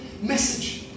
message